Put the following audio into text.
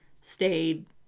stayed